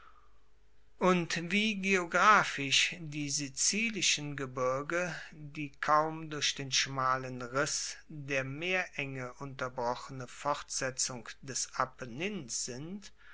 und wie geographisch die sizilischen gebirge die kaum durch den schmalen riss der meerenge unterbrochene fortsetzung des apennins sind